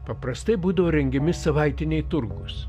paprastai būdavo rengiami savaitiniai turgūs